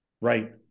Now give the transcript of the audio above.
Right